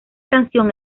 canción